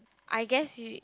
I guess you